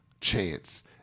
Chance